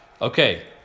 Okay